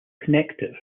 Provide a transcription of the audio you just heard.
connective